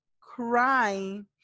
crying